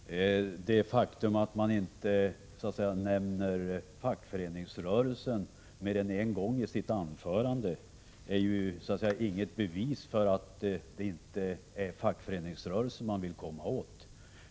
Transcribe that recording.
Herr talman! Det faktum att man inte nämner fackföreningsrörelsen mer än en gång sitt anförande är inget bevis för att det inte är fackföreningsrörelsen som man vill komma åt.